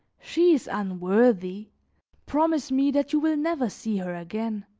she is unworthy promise me that you will never see her again.